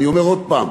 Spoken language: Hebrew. אני אומר עוד פעם,